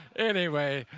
anyway,